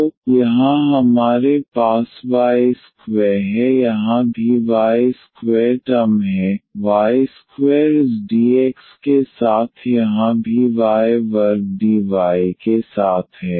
तो यहाँ हमारे पास y2 है यहाँ भी y2 टर्म है y2 इस dx के साथ यहाँ भी y वर्ग dy के साथ है